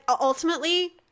ultimately